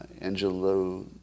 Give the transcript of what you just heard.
Angelo